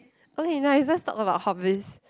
okay nice let's talk about hobbies